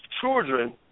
children